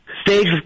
stage